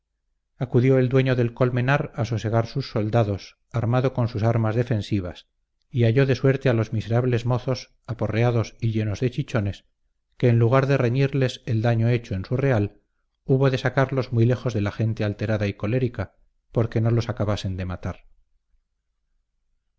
acudió el dueño del colmenar a sosegar sus soldados armado con sus armas defensivas y halló de suerte a los miserables mozos aporreados y llenos de chichones que en lugar de reñirles el daño hecho en su real hubo de sacarlos muy lejos de la gente alterada y colérica porque no los acabasen de matar